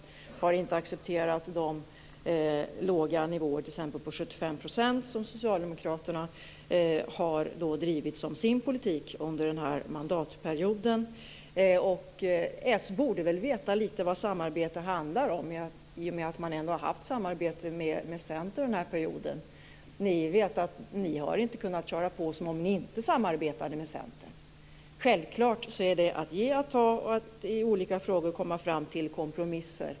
Vi har inte accepterat de låga nivåer, t.ex. på 75 %, som Socialdemokraterna har drivit som sin politik under den här mandatperioden. Socialdemokraterna borde veta vad samarbete handlar om, i och med att man har haft samarbete med Centern under den här perioden. Socialdemokraterna har inte kunnat köra på som om de inte samarbetade med Centern. Självfallet handlar det om att ge och ta och att i olika frågor komma fram till kompromisser.